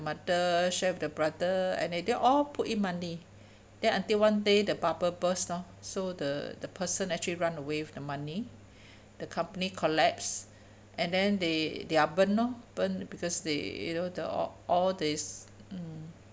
mother share with the brother and they they all put it money then until one day the bubble burst lor so the the person actually run away with the money the company collapse and then they they're burnt lor burn because they you know the all all this